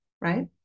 right